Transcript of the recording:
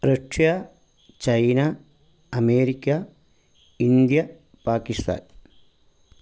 Russia China America India Pakistan